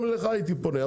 גם אליך הייתי פונה,